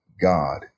God